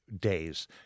days